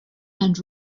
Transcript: and